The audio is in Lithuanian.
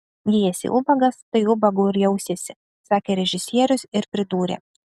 jei esi ubagas tai ubagu ir jausiesi sakė režisierius ir pridūrė